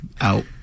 Out